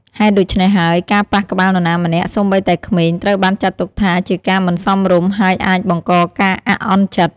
ហេតុដូច្នេះហើយ ការប៉ះក្បាលនរណាម្នាក់ សូម្បីតែក្មេង ត្រូវបានចាត់ទុកថាជាការមិនសមរម្យ ហើយអាចបង្កការអាក់អន់ចិត្ត។